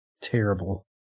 terrible